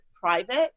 private